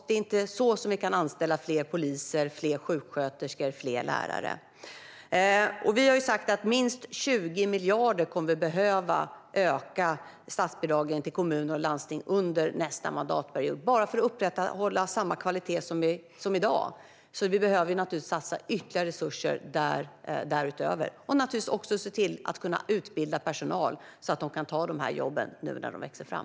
Det är inte så vi kan anställa fler poliser, fler sjuksköterskor och fler lärare. Vi har sagt att vi kommer att behöva öka statsbidragen till kommuner och landsting med minst 20 miljarder under nästa mandatperiod, bara för att upprätthålla samma kvalitet som i dag, så vi behöver naturligtvis satsa ytterligare resurser därutöver och också se till att personal utbildas som kan ta de här jobben när de växer fram.